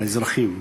על האזרחים,